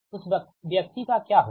उस व्यक्ति का क्या होगा